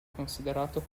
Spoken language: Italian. considerato